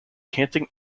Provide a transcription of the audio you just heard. canting